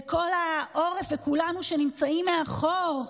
וכל העורף, וכולנו, שנמצאים מאחור,